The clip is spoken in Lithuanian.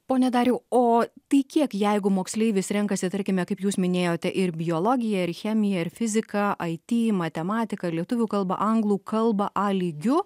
pone dariau o tai kiek jeigu moksleivis renkasi tarkime kaip jūs minėjote ir biologiją ir chemiją ir fiziką aiti matematiką lietuvių kalbą anglų kalbą a lygiu